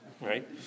right